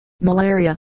malaria